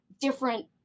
different